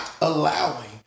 allowing